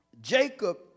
Jacob